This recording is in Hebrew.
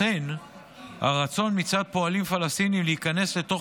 לכן הרצון מצד פועלים פלסטינים להיכנס לתוך